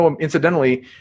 Incidentally